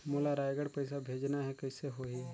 मोला रायगढ़ पइसा भेजना हैं, कइसे होही?